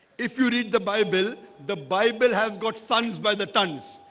if you read the bible, the bible has got sons by the tons.